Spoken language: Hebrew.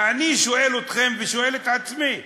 ואני שואל אתכם ושואל את עצמי,